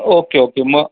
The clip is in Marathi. ओके ओके म